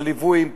הליוויים,